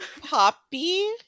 Poppy